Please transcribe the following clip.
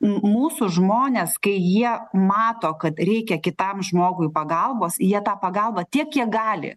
m mūsų žmonės kai jie mato kad reikia kitam žmogui pagalbos jie tą pagalbą tiek kiek gali